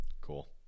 cool